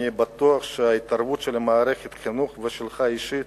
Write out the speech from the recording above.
אני בטוח שההתערבות של מערכת החינוך ושלך אישית